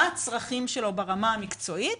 מה הצרכים שלו ברמה המקצועית,